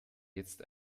jetzt